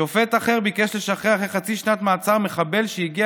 שופט אחר ביקש לשחרר אחרי חצי שנת מעצר מחבל שהגיע